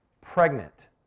pregnant